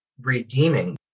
redeeming